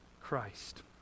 Christ